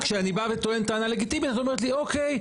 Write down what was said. כשאני בא וטוען טענה לגיטימית את אומרת לי אוקיי,